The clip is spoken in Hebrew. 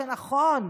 שנכון,